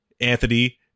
Anthony